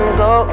go